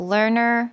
Learner